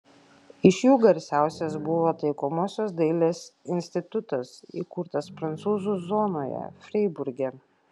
iš jų garsiausias buvo taikomosios dailės institutas įkurtas prancūzų zonoje freiburge